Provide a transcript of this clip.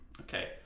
Okay